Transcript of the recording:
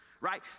right